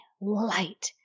light